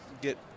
get